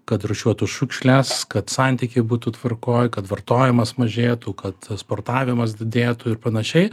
kad rūšiuotų šiukšles kad santykiai būtų tvarkoj kad vartojimas mažėtų kad sportavimas didėtų ir panašiai